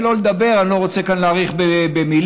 שלא לדבר אני לא רוצה להאריך כאן במילים